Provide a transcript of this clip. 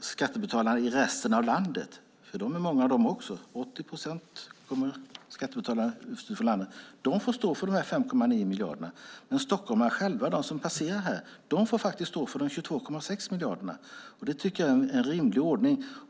skattebetalarna i resten av landet. De är många de också. 80 procent av skattebetalarna kommer från andra delar av landet. De får stå för dessa 5,9 miljarder. Men stockholmarna själva, de som passerar här, får faktiskt stå för de 22,6 miljarderna. Det tycker jag är en rimlig ordning.